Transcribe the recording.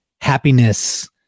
happiness